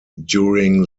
during